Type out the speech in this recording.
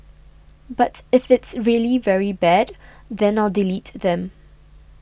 but if it's really very bad then I'll delete them